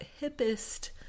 hippest